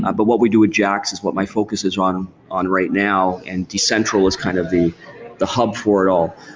ah but what we do with jaxx is what my focus is on right now and decentral is kind of the the hub for it all.